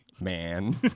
man